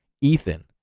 Ethan